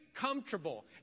comfortable